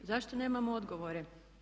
Zašto nemamo odgovore?